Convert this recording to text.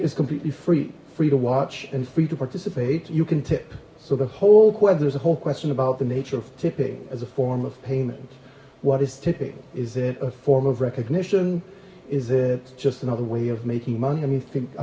is completely free free to watch and free to participate you can tip so the whole quad there's a whole question about the nature of tipping as a form of payment what is tipping is it a form of recognition is it just another way of making money i mean think i